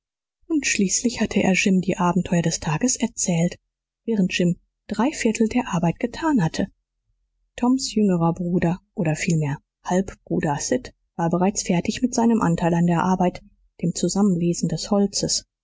und schließlich hatte er jim die abenteuer des tages erzählt während jim drei viertel der arbeit getan hatte toms jüngerer bruder oder vielmehr halbbruder sid war bereits fertig mit seinem anteil an der arbeit dem zusammenlesen des holzes